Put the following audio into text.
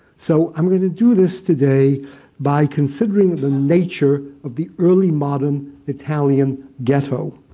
so i'm going to do this today by considering the nature of the early modern italian ghetto.